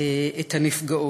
את הנפגעות.